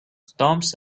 storms